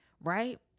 right